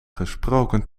gesproken